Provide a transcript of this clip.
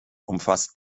umfasst